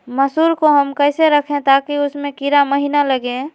मसूर को हम कैसे रखे ताकि उसमे कीड़ा महिना लगे?